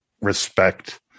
respect